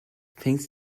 things